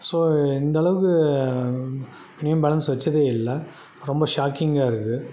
so இந்தளவுக்கு minimum balance வச்சதே இல்லை ரொம்ப ஷாக்கிங்காக இருக்கு